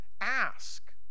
ask